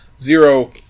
zero